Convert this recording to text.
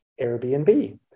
Airbnb